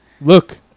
Look